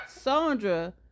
Sandra